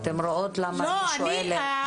אתן רואות למה אני שואלת?